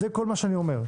זה כל מה שאני אומר.